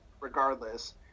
regardless